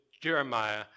Jeremiah